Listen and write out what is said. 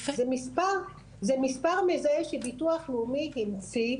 מספר מזהה שביטוח לאומי המציא,